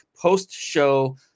post-show